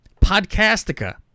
Podcastica